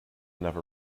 never